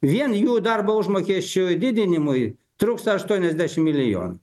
vien jų darbo užmokesčio didinimui trūksta aštuoniasdešim milijon